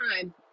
time